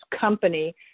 company